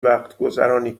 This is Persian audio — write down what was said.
وقتگذرانی